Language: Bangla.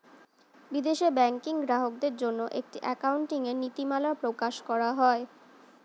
বিদেশে ব্যাংকিং গ্রাহকদের জন্য একটি অ্যাকাউন্টিং এর নীতিমালা প্রকাশ করা হয়